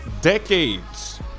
decades